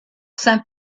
saint